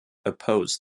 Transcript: opposed